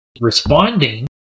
responding